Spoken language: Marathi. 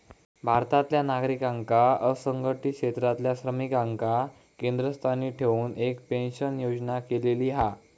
भारतातल्या नागरिकांका असंघटीत क्षेत्रातल्या श्रमिकांका केंद्रस्थानी ठेऊन एक पेंशन योजना केलेली हा